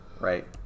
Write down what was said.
right